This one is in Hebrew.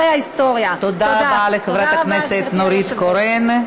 מסיימת, נורית קורן,